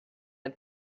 and